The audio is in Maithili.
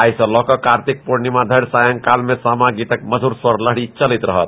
आइ सँ लऽकऽ कार्तिक पूर्णिमा धरि सायंकाल में सामा गीतक मधुर स्वर लहरी चलैत रहत